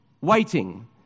waiting